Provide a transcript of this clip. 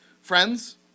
Friends